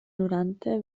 noranta